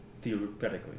theoretically